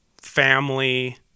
family